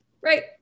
right